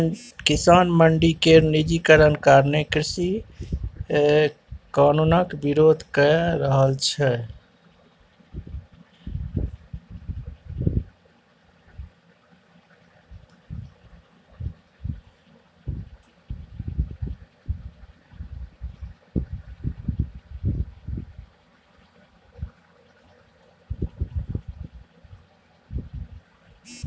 किसान मंडी केर निजीकरण कारणें कृषि कानुनक बिरोध कए रहल छै